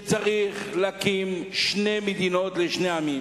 שצריך להקים שתי מדינות לשני עמים.